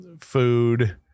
food